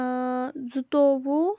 زٕتووُہ